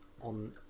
on